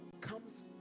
comes